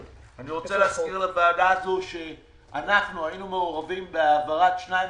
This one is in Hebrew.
אני רוצה להזכיר לוועדה הזו שאנחנו היינו מעורבים בהעברת שניים